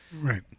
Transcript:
Right